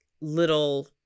little